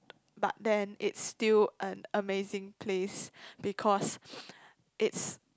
but then it's still an amazing place because it's